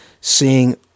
seeing